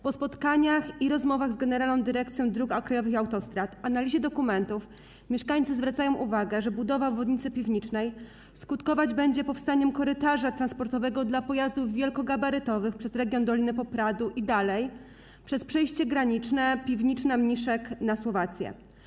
Po spotkaniach i rozmowach z Generalną Dyrekcją Dróg Krajowych i Autostrad i analizie dokumentów mieszkańcy zwracają uwagę, że budowa obwodnicy Piwnicznej będzie skutkować powstaniem korytarza transportowego dla pojazdów wielkogabarytowych przez region Doliny Popradu i dalej przez przejście graniczne Piwniczna - Mniszek na Słowację.